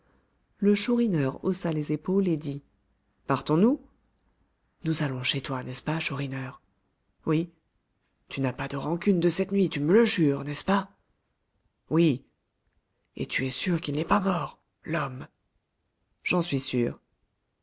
le chourineur haussa les épaules et dit partons-nous nous allons chez toi n'est-ce pas chourineur oui tu n'as pas de rancune de cette nuit tu me le jures n'est-ce pas oui et tu es sûr qu'il n'est pas mort l'homme j'en suis sûr